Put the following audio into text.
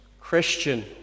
Christian